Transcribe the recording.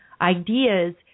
ideas